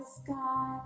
sky